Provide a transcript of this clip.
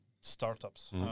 startups